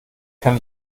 kann